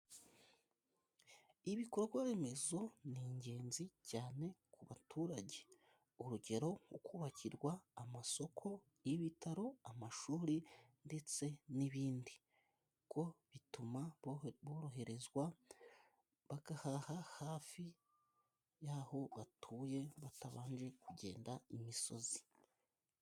Ibikorwa remezo ni ingenzi cyane ku baturage. urugero: nko kubakirwa amasoko, y'ibitaro, amashuri, ndetse n'ibindi. Bituma boroherezwa bagahaha hafi y'aho batuye batabanje kugenda imisozi.